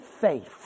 faith